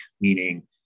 meaning